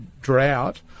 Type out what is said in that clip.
drought